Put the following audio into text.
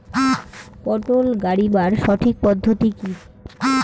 পটল গারিবার সঠিক পদ্ধতি কি?